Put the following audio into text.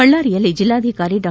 ಬಳ್ಳಾರಿಯಲ್ಲಿ ಜಿಲ್ಲಾಧಿಕಾರಿ ಡಾ